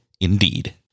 Indeed